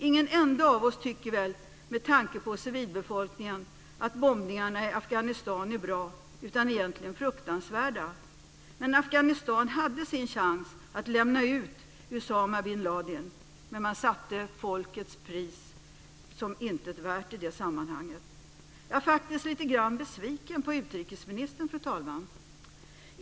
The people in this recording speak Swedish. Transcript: Ingen enda av oss tycker väl, med tanke på civilbefolkningen, att bombningarna i Afghanistan är bra, utan egentligen fruktansvärda. Men Afghanistan hade sin chans att lämna ut Usama bin Ladin. Men man satte folkets pris som intet värt i det sammanhanget. Jag är faktiskt lite grann besviken på utrikesministern, fru talman.